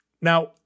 Now